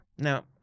Now